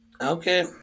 Okay